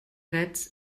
drets